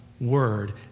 word